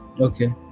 Okay